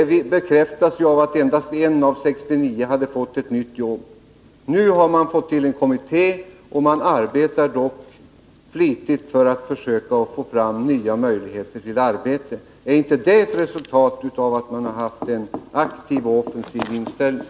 Det bekräftas av att endast en av 69 hade fått nytt jobb. Nu har det tillsatts en kommitté, som arbetar flitigt för att få fram nya möjligheter till arbete. Är inte det ett resultat av en aktiv och offensiv inställning?